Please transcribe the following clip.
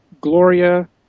Gloria